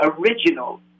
original